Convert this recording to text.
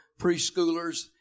preschoolers